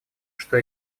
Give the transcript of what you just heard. что